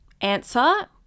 answer